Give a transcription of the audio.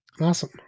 awesome